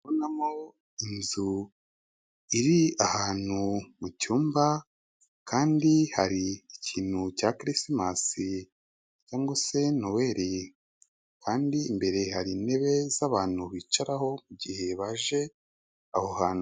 Ndi kubonamo inzu iri ahantu mucmba kandi hari ikintu cya kirisimasi cyangwa se perinoweri kandi imbere hari intebe z'abantu bicaraho mu gihe baje aho hantu.